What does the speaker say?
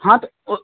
हाँ तो ओ